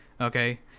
Okay